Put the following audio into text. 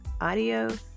audio